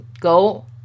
Go